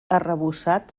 arrebossat